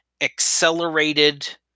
accelerated